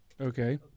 okay